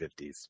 1950s